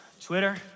Twitter